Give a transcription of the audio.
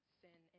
sin